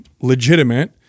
legitimate